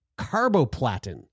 carboplatin